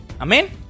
Amen